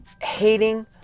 hating